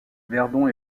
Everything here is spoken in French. verdon